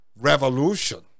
Revolution